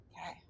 Okay